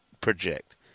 project